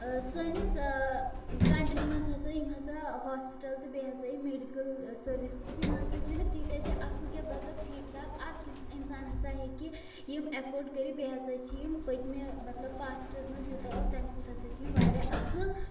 سٲنِس کَنٹرٛی منٛز ہَسا یِم ہَسا ہاسپِٹَل تہٕ بیٚیہِ ہَسا یِم میڈِکَل سٔروِسٕز چھِ یِم ہَسا چھِنہٕ تیٖتیاہ تہِ اَصٕل کینٛہہ مطلب ٹھیٖک ٹھاک اَکھ اِنسان ہَسا ہیٚکہِ یِم ایٮفٲڈ کٔرِتھ بیٚیہِ ہَسا چھِ یِم پٔتمہِ مطلب پاسٹَس منٛز یوٗتاہ اوس تَمہِ کھۄتہٕ ہَسا چھِ یِم واریاہ اَصٕل